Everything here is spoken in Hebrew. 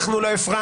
אנחנו לא הפרענו,